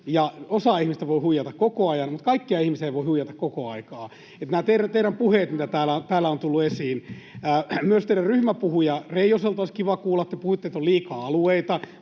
osaa ihmisistä voi huijata koko ajan, mutta kaikkia ihmisiä ei voi huijata koko aikaa”, että nämä teidän puheenne, mitä täällä on tullut esiin... Myös teidän ryhmäpuhujaltanne Reijoselta olisi kiva kuulla, kun te puhuitte, että on liikaa alueita: